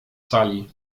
sali